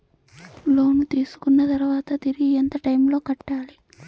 లోను తీసుకున్న తర్వాత తిరిగి ఎంత టైములో కట్టాలి